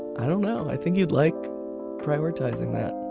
i don't know. i think you'd like prioritizing that